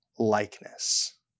likeness